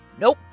Nope